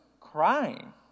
crying